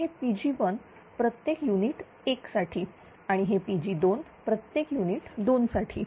तर हे Pg1 प्रत्येक युनिट 1 साठी आणि हे Pg2 प्रत्येक युनिट 2 साठी